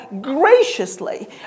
graciously